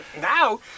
now